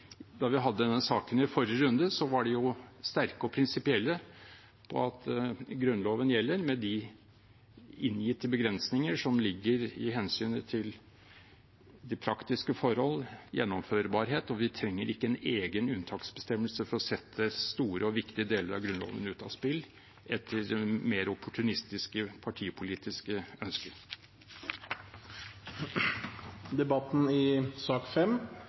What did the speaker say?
forrige runde, var de sterke og prinsipielle på at Grunnloven gjelder, med de inngitte begrensninger som ligger i hensynet til de praktiske forhold – gjennomførbarheten – og at vi ikke trenger en egen unntaksbestemmelse for å sette store og viktige deler av Grunnloven ut av spill ut fra mer opportunistiske partipolitiske ønsker. Flere har ikke bedt om ordet til sak